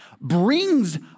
brings